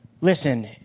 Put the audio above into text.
listen